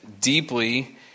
deeply